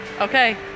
Okay